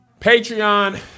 Patreon